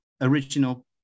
original